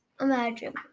imagine